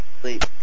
sleep